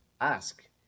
ask